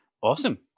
Awesome